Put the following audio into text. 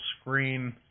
screen